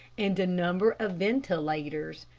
and a number of ventilators,